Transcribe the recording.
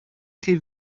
chi